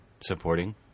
supporting